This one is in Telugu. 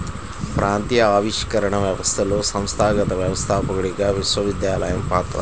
ప్రాంతీయ ఆవిష్కరణ వ్యవస్థలో సంస్థాగత వ్యవస్థాపకుడిగా విశ్వవిద్యాలయం పాత్ర